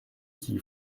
qui